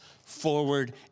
forward